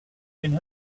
can